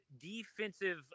defensive